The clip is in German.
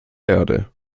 erde